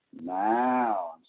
Now